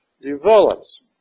develops